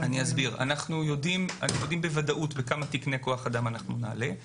אנחנו יודעים בוודאות בכמה תקני כוח אדם נעלה.